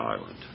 island